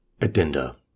Addenda